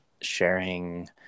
sharing